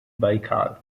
baikal